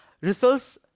results